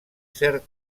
cert